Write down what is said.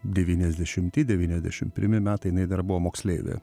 devyniasdešimti devyniasdešim pirmi metai jinai dar buvo moksleivė